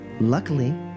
Luckily